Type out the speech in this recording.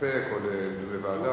להסתפק או להעביר לוועדה?